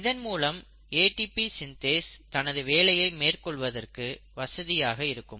இதன்மூலம் ATP synthase தனது வேலையை மேற்கொள்வதற்கு வசதியாக இருக்கும்